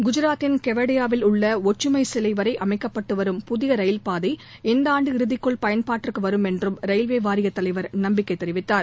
குஜராத்தின் கெவாடியாவில் உள்ள ஒற்றுமை சிலை வரை அமைக்கப்பட்டுவரும் புதிய ரயில் பாதை இந்த ஆண்டு இறுதிக்குள் பயன்பாட்டிற்கு வரும் என்றும் ரயில்வே வாரியத் தலைவர் நம்பிக்கை தெரிவித்தார்